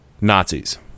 Nazis